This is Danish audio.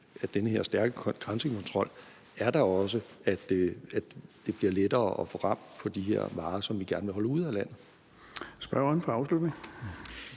af den her stærke grænsekontrol er da også, at det bliver lettere at få ram på de her varer, som vi gerne vil holde ude af landet. Kl. 16:01 Den fg.